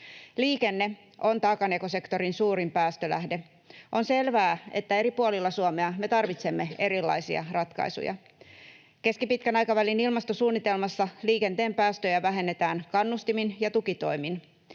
Liikenne on taakanjakosektorin suurin päästölähde. On selvää, että eri puolilla Suomea me tarvitsemme erilaisia ratkaisuja. Keskipitkän aikavälin ilmastosuunnitelmassa liikenteen päästöjä vähennetään kannustimin ja tukitoimin.